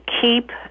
keep